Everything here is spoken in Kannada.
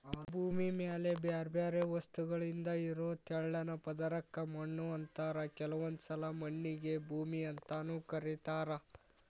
ಭೂಮಿ ಮ್ಯಾಲೆ ಬ್ಯಾರ್ಬ್ಯಾರೇ ವಸ್ತುಗಳಿಂದ ಇರೋ ತೆಳ್ಳನ ಪದರಕ್ಕ ಮಣ್ಣು ಅಂತಾರ ಕೆಲವೊಂದ್ಸಲ ಮಣ್ಣಿಗೆ ಭೂಮಿ ಅಂತಾನೂ ಕರೇತಾರ